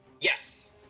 Yes